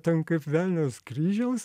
ten kaip velnias kryžiaus